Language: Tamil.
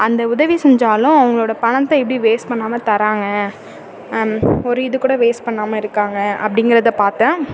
அந்த உதவி செஞ்சாலும் அவங்களோட பணத்தை எப்படி வேஸ்ட் பண்ணாமல் தராங்க ஒரு இது கூட வேஸ்ட் பண்ணாமல் இருக்காங்க அப்படிங்கிறத பார்த்தேன்